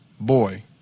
boy